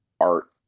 art